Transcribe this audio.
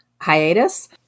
hiatus